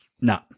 No